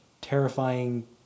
terrifying